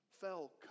fell